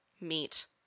meet